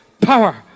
power